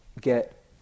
get